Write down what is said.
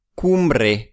Cumbre